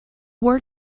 war